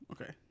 Okay